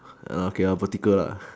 err okay or vertical lah